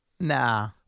Nah